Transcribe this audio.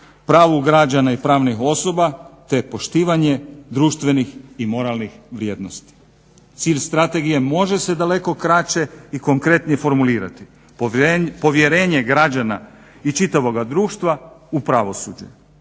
pravu građana i pravnih osoba, te poštivanje društvenih i moralnih vrijednosti. Cilj Strategije može se daleko kraće i konkretnije formulirati povjerenje građana i čitavoga društva u pravosuđe.